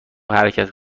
حرکت